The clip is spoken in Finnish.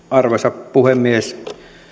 arvoisa puhemies